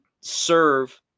serve